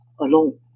alone